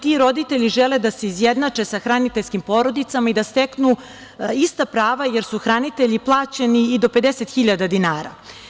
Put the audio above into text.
Ti roditelji žele da se izjednače sa hraniteljskim porodicama i da steknu ista prava, jer su hranitelji plaćeni i do 50.000 dinara.